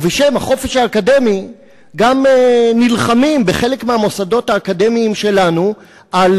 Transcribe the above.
ובשם החופש האקדמי גם נלחמים בחלק מהמוסדות האקדמיים שלנו על